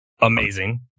amazing